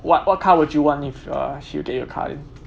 what what car would you want if uh she will get you a car in